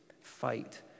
fight